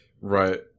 right